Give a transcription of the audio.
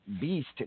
Beast